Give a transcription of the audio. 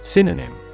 Synonym